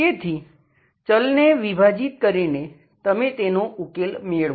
તેથી ચલને વિભાજીત કરીને તમે તેનો ઉકેલ મેળવો